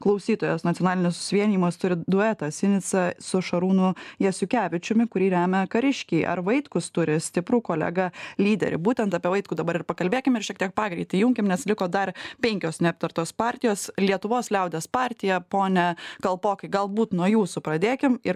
klausytojas nacionalinis susivienijimas turi duetą sinicą su šarūnu jasiukevičiumi kurį remia kariškiai ar vaitkus turi stiprų kolegą lyderį būtent apie vaitkų dabar ir pakalbėkim ir šiek tiek pagreitį įjunkim nes liko dar penkios neaptartos partijos lietuvos liaudies partija pone kalpokai galbūt nuo jūsų pradėkim ir